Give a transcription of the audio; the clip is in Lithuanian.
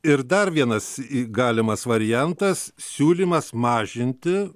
ir dar vienas į galimas variantas siūlymas mažinti